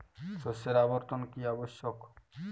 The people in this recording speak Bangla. শস্যের আবর্তন কী আবশ্যক?